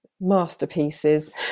masterpieces